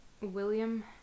William